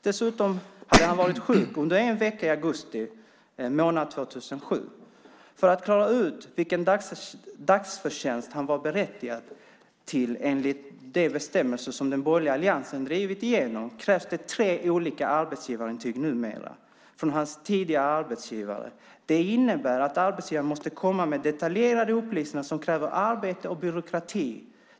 Dessutom hade han varit sjuk under en vecka i augusti månad 2007. För att klara ut vilken dagersättning han var berättigad till enligt de bestämmelser som den borgerliga alliansen drivit igenom krävs det tre olika arbetsgivarintyg numera från hans tidigare arbetsgivare. Det innebär att arbetsgivaren måste komma med detaljerade upplysningar som kräver arbete och byråkrati.